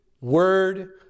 word